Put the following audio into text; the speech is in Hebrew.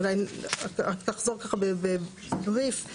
אולי נחזור בבריף.